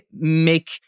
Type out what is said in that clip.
make